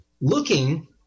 looking